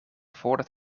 voordat